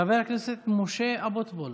חבר הכנסת אחמד טיבי,